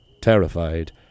Terrified